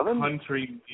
country